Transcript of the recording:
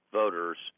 voters